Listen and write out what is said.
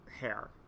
Hair